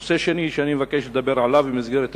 נושא שני שאני מבקש לדבר עליו במסגרת הדקה,